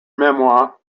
memoir